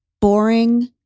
boring